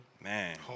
Man